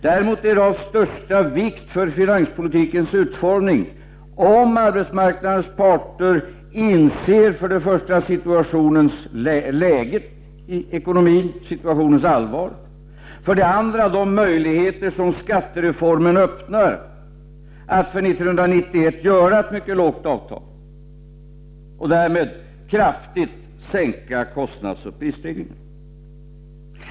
Däremot är det av största vikt för finanspolitikens utformning om arbetsmarknadens parter inser för det första situationens allvar i ekonomin, för det andra de möjligheter som skattereformen öppnar för att 1991 träffa ett mycket lågt avtal och därmed kraftigt sänka kostnadsoch prisstegringen.